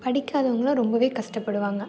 படிக்காதவங்கலாம் ரொம்பவே கஷ்டப்படுவாங்க